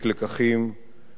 גם כשקצר הצלחה.